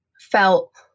felt